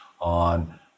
on